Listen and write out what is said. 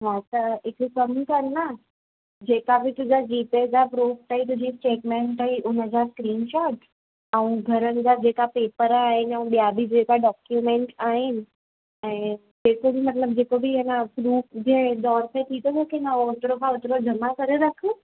हा त हिक कम कर न जेका बि तुंहिजा जी पे जा प्रूफ अथई तुंहिजी स्टेटमेंट अथई उनजा स्क्रीन शॉर्ट ऐं घरनि जा जेका पेपर आहिनि ऐं बिया बि जेका डॉक्युमेंट आहिनि ऐं पेपर मतिलब जेको बि आहे न प्रूफ जीअं डोट में थी थो सघे न ओतिरो में ओतिरो जमा करे रख